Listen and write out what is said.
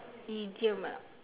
idiom ah